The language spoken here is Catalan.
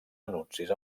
anuncis